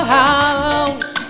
house